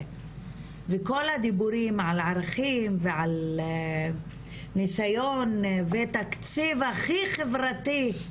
וכל הדיבורים על ערכים ועל ניסיון ותקציב הכי חברתי,